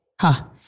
ha